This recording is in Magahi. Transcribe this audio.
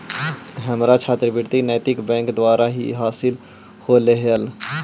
हमारा छात्रवृति नैतिक बैंक द्वारा ही हासिल होलई हल